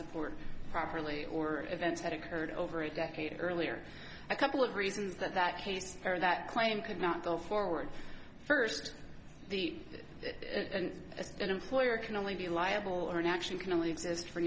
support properly or events that occurred over a decade earlier a couple of reasons that that case for that claim could not go forward first the as an employer can only be liable or inaction can only exist for